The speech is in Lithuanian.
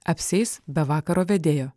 apsieis be vakaro vedėjo